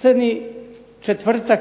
Crni četvrtak